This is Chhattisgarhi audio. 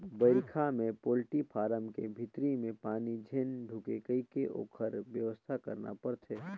बइरखा में पोल्टी फारम के भीतरी में पानी झेन ढुंके कहिके ओखर बेवस्था करना परथे